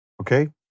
Okay